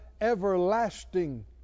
everlasting